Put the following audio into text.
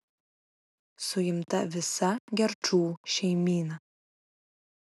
suimta visa gerčų šeimyna